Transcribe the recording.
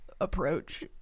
approach